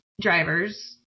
drivers